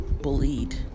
bullied